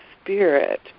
spirit